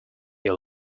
your